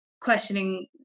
questioning